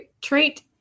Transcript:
treat